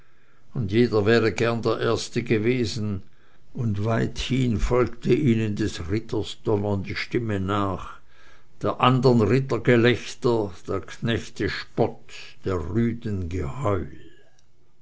und jeder wäre gerne der erste gewesen und weithin folgte ihnen des ritters donnernde stimme nach der andern ritter gelächter der knechte spott der rüden geheul